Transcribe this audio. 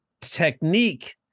technique